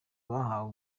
bahawe